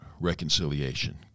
reconciliation